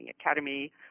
academy